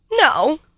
No